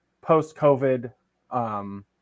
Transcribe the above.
post-COVID